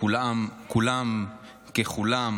כולם ככולם